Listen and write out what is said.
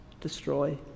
destroy